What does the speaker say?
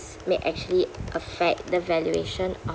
may actually affect the valuation of